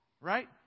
right